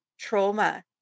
trauma